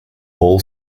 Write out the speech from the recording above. all